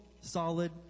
solid